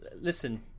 listen